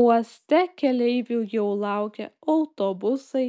uoste keleivių jau laukia autobusai